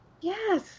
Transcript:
Yes